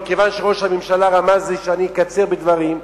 מכיוון שראש הממשלה רמז לי שאני אקצר בדברים,